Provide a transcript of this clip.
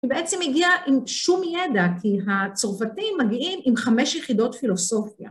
היא בעצם מגיעה עם שום ידע כי הצורפתים מגיעים עם חמש יחידות פילוסופיה.